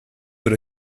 were